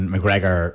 McGregor